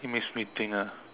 it makes me think ah